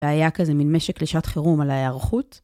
והיה כזה מן משק לשעת חירום על ההערכות.